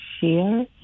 share